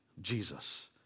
Jesus